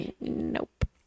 Nope